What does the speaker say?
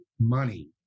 money